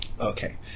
Okay